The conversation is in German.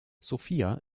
sofia